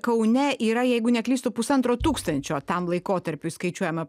kaune yra jeigu neklystu pusantro tūkstančio tam laikotarpiui skaičiuojama